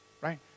Right